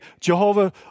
Jehovah